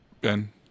Ben